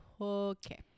Okay